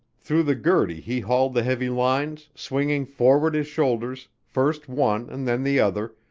through the gurdy he hauled the heavy lines, swinging forward his shoulders, first one and then the other,